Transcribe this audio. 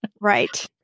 Right